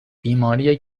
بیماری